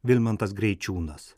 vilmantas greičiūnas